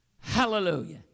Hallelujah